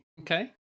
Okay